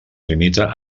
limita